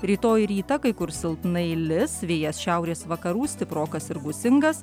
rytoj rytą kai kur silpnai lis vėjas šiaurės vakarų stiprokas ir gūsingas